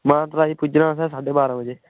मानतलाई पुज्जना असें साड्ढे बारां बजे